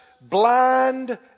blind